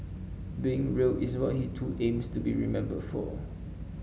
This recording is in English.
being real is what he too aims to be remembered for